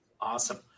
Awesome